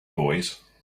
boys